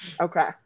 Okay